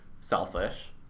selfish